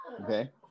okay